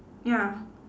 ya